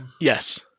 Yes